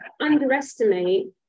underestimate